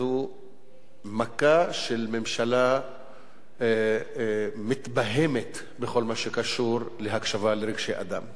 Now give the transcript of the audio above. זו מכה של ממשלה מתבהמת בכל מה שקשור להקשבה לרגשי אדם.